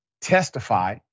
testify